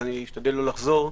אשתדל לא לחזור.